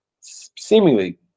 seemingly